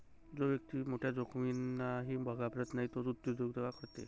जो व्यक्ती मोठ्या जोखमींना घाबरत नाही तोच उद्योजकता करते